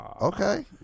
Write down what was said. okay